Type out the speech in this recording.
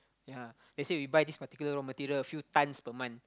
ya let's say we buy this particular raw material a few times per month